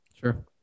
Sure